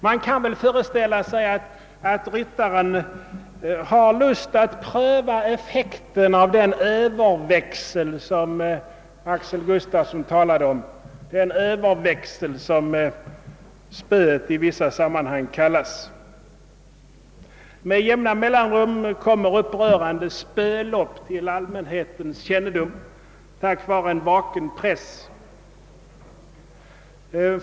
Man kan föreställa sig att ryttaren kan vilja pröva effekten av den »överväxel» som herr Gustafsson i Borås talade om och som spöet i vissa sammanhang kallas. Med jämna mellanrum kommer upprörande »spölopp» till allmänhetens kännedom tack vare en vaken press.